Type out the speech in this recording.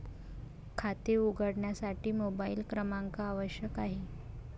खाते उघडण्यासाठी मोबाइल क्रमांक आवश्यक आहे